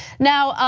now,